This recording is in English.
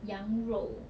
羊肉